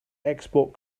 export